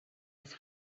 his